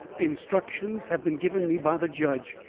instructions have been given me by the judge,